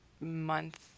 month